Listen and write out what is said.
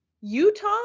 Utah